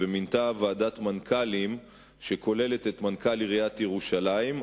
ומינתה ועדת מנכ"לים הכוללת את מנכ"ל עיריית ירושלים,